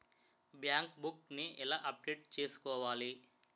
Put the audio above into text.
Bank book నీ ఎలా update చేసుకోవాలి?